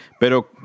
Pero